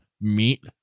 meat